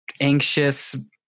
anxious